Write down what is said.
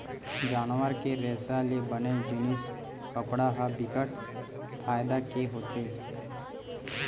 जानवर के रेसा ले बने जिनिस कपड़ा ह बिकट फायदा के होथे